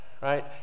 right